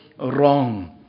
wrong